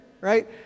right